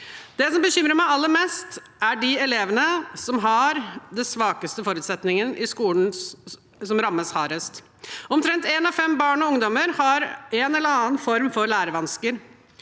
Det som bekymrer meg aller mest, er de elevene som har de svakeste forutsetningene i skolen, de som rammes hardest. Omtrent én av fem barn og ungdommer har en eller annen form for lærevansker.